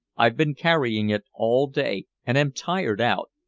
i've been carrying it all day, and am tired out.